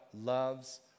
loves